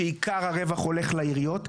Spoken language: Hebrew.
שעיקר הרווח הולך לעיריות,